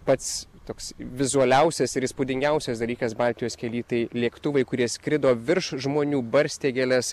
pats toks vizualiausias ir įspūdingiausias dalykas baltijos kely tai lėktuvai kurie skrido virš žmonių barstė gėles